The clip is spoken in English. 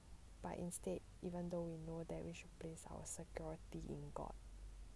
but instead even though we know that we should place our security in god